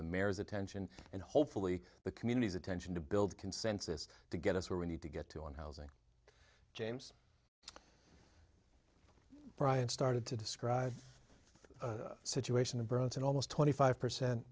the mayor's attention and hopefully the communities attention to build consensus to get us where we need to get to on housing james brian started to describe the situation to bronson almost twenty five percent